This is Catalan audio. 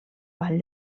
vall